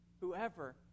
whoever